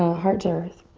heart to earth.